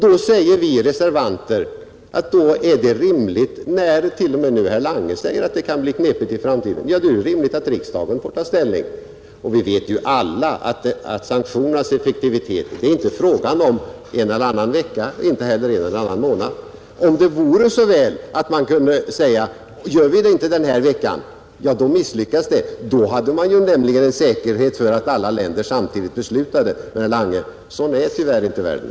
Då säger vi reservanter att det är rimligt att riksdagen får ta ställning, och vi vet ju alla att det beträffande sanktionernas effektivitet inte är fråga om en eller annan vecka och inte heller en eller annan månad. Om det vore så väl att man kunde säga att gör vi inte det den här veckan misslyckas det, hade vi en säkerhet för att alla länder samtidigt beslutade. Men, herr Lange, sådan är tyvärr inte världen.